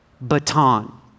baton